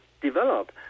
develop